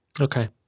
Okay